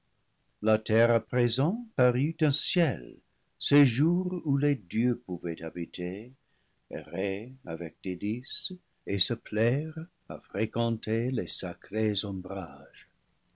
la terre à présent parut un ciel séjour où les dieux pouvaient habiter errer avec délices et se plaire à fréquenter ses sacrés